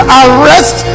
arrest